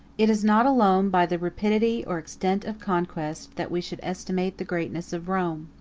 it is not alone by the rapidity, or extent of conquest, that we should estimate the greatness of rome.